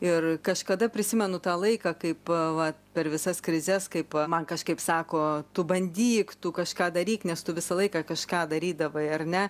ir kažkada prisimenu tą laiką kaip va per visas krizes kaip man kažkaip sako tu bandyk tu kažką daryk nes tu visą laiką kažką darydavai ar ne